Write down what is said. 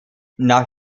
nach